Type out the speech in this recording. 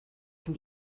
can